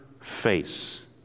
face